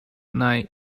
night